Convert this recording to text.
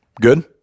Good